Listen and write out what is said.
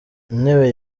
intebe